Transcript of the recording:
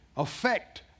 affect